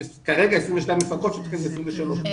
יש כרגע 22 מפקחות והתקן הוא ל-23.